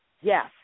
yes